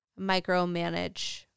micromanage